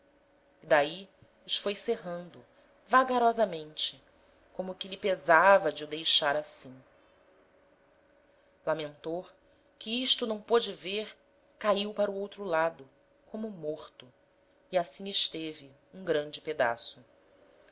e d'ahi os foi cerrando vagarosamente como que lhe pesava de o deixar assim lamentor que isto não pôde ver caiu para o outro lado como morto e assim esteve um grande pedaço